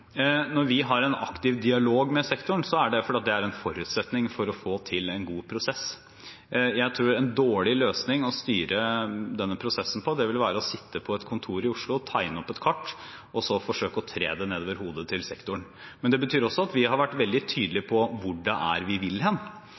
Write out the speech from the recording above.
Når vi har en aktiv dialog med sektoren, er det fordi det er en forutsetning for å få til en god prosess. Jeg tror det ville være en dårlig måte å styre denne prosessen på å sitte på et kontor i Oslo og tegne opp et kart, og så forsøke å tre det nedover hodet til sektoren. Men det betyr også at vi har vært veldig tydelige på hvor vi vil hen.